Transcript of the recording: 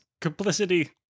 complicity